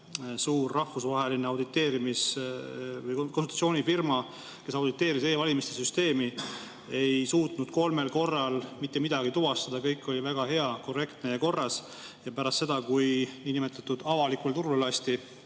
suur rahvusvaheline auditeerimis‑ või konsultatsioonifirma, kes auditeeris e‑valimiste süsteemi, ei suutnud kolmel korral mitte midagi tuvastada. Kõik oli väga hästi, korrektne ja korras. Pärast seda, kui niinimetatud avalikule turule lasti